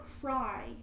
cry